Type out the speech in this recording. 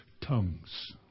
Tongues